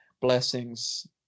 blessings